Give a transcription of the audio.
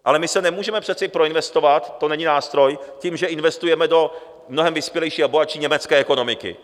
Ale my se nemůžeme proinvestovat, to není nástroj, tím, že investujeme do mnohem vyspělejší a bohatší německé ekonomiky.